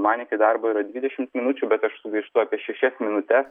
man iki darbo yra dvidešimt minučių bet aš sugaištu apie šešias minutes